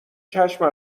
چشم